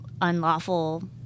unlawful